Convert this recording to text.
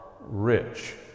rich